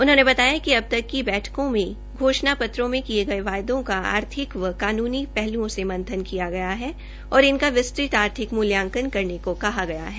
उन्होंने बताया कि अब तक की बैठकों में घोषणा पत्रों में किये गये वायदों का आर्थिक व कानूनी पहल्ओं से मंथन किया गया है और इनका विस्तृत आर्थिक मूल्यांकन करने को कहा गया है